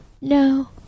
No